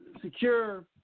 secure